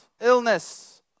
illness